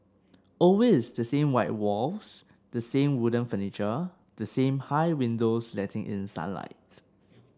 always the same white walls the same wooden furniture the same high windows letting in sunlight